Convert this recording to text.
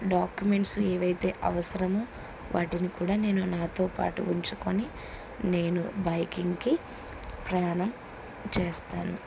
documents ఏవైతే అవసరమ వాటిని కూడా నేను నాతో పాటు ఉంచుకొని నేను బైకింగ్కి ప్రయాణం చేస్తాను